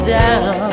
down